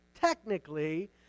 technically